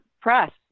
press